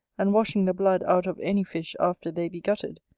and washing the blood out of any fish after they be gutted,